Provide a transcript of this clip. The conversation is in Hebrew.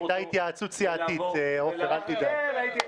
הייתה התייעצות סיעתית, עפר, רק לידיעתך.